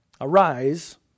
Arise